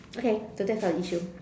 okay so that's our issue